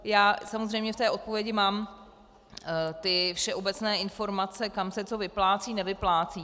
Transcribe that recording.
Já samozřejmě v té odpovědi mám všeobecné informace, kam se co vyplácí, nevyplácí.